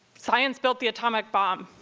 science built the atomic bomb.